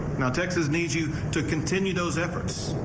not texas need you to continue those efforts.